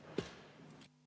Kõik,